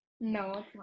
no